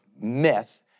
myth